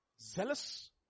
Zealous